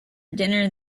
dinner